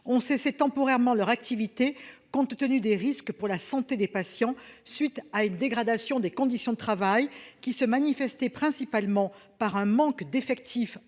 ont cessé temporairement leur activité compte tenu de risques pour la santé des patients, à la suite d'une dégradation des conditions de travail, qui se manifestait principalement par un manque d'anesthésistes,